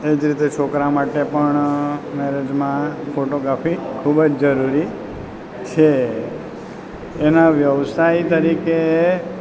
એજ રીતે છોકરા માટે પણ મેરેજમાં ફોટોગ્રાફી ખૂબ જ જરૂરી છે એના વ્યવસાય તરીકે